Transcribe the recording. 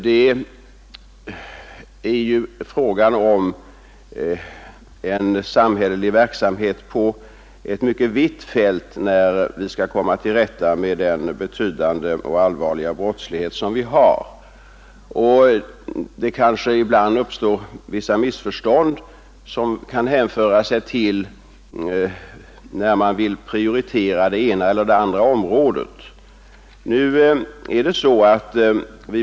Att försöka komma till rätta med den betydande brottsligheten i dag är en fråga om samhälleliga verksamheter på ett mycket vitt fält, och ibland kan det uppstå missförstånd när man vill prioritera det ena eller det andra området.